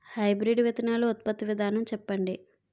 Hybrid విత్తనాలు ఉత్పత్తి విధానం చెప్పండి?